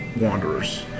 Wanderers